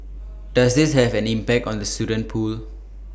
does this have an impact on the student pool